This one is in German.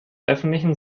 öffentlichen